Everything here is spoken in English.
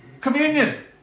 communion